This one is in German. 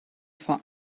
vor